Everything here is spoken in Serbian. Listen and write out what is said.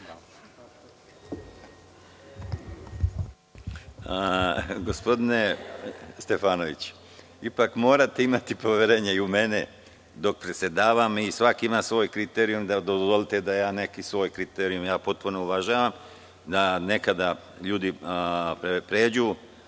Gospodine Stefanoviću, ipak morate imati poverenja i u mene dok predsedavam i svako ima svoj kriterijum, dozvolite da ja svoj neki kriterijum.. ja potpuno uvažavam da nekada ljudi pređu